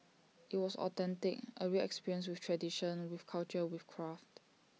IT was authentic A real experience with tradition with culture with craft